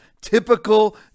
Typical